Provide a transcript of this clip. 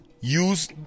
use